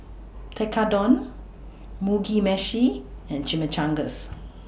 Tekkadon Mugi Meshi and Chimichangas